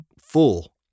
full